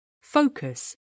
focus